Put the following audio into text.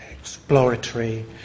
exploratory